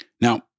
Now